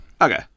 Okay